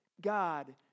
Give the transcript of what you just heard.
God